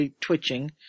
twitching